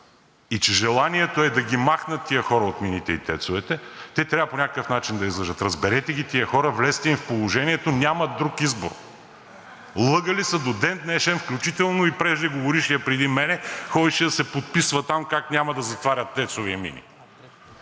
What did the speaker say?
и че желанието е да ги махнат тия хора от мините и ТЕЦ-овете, те трябва по някакъв начин да излъжат. Разберете ги тези хора, влезте им в положението, нямат друг избор. Лъгали са до ден днешен, включително и преждеговорившият преди мен ходеше да се подписва там как няма да затварят ТЕЦ-овете и мини.